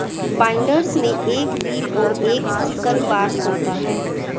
binders में एक reel और एक सिकल बार होता है